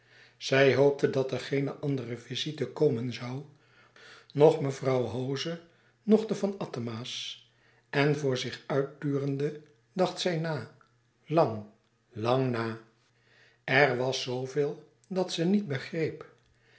zij hoopte dat er geene andere visite komen zoû noch mevrouw hoze noch de van attema's en voor zich uit turende dacht zij na lang lang na er was zooveel dat ze niet begreep